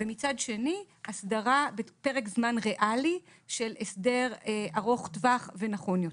ומצד שני הסדרה בפרק זמן ריאלי של הסדר ארוך טווח ונכון יותר.